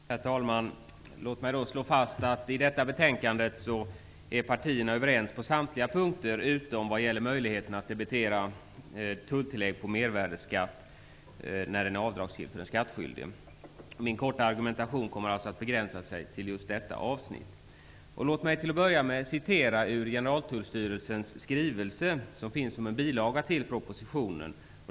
Herr talman! Låt mig till att börja med slå fast att när det gäller detta betänkande är partierna överens på samtliga punkter, utom vad gäller möjligheten att debitera tulltillägg på mervärdesskatt när den är avdragsgill för den skattskyldige. Min kortfattade argumentation kommer därför att begränsa sig till detta avsnitt. Låt mig först citera ur Generaltullstyrelsens skrivelse, som finns som en bilaga till propositionen.